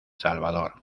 salvador